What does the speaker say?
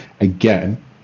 Again